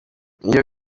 iyo